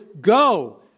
go